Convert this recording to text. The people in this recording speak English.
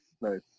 nice